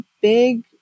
big